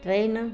train